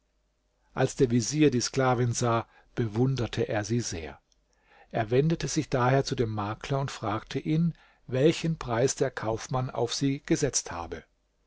als der vezier die sklavin sah bewunderte er sie sehr er wendete sich daher zu dem makler und fragte ihn welchen preis der kaufmann auf sie gesetzt habe